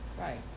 Right